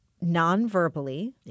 non-verbally